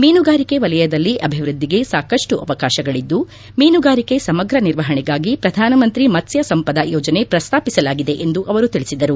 ಮೀನುಗಾರಿಕೆ ವಲಯದಲ್ಲಿ ಅಭಿವೃದ್ಧಿಗೆ ಸಾಕಷ್ಟು ಅವಕಾಶಗಳದ್ದು ಮೀನುಗಾರಿಕೆ ಸಮಗ್ರ ನಿರ್ವಹಣೆಗಾಗಿ ಪ್ರಧಾನಮಂತ್ರಿ ಮತ್ತ್ಯ ಸಂಪದ ಯೋಜನೆ ಪ್ರಸ್ತಾಪಿಸಲಾಗಿದೆ ಎಂದು ಅವರು ತಿಳಿಸಿದರು